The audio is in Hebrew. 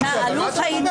על מה אתה מדבר?